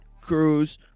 Cruz